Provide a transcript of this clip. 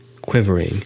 quivering